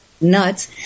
nuts